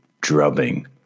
drubbing